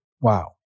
Wow